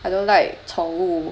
I don't like 宠物